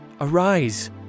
Arise